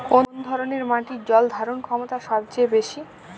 কোন ধরণের মাটির জল ধারণ ক্ষমতা সবচেয়ে বেশি?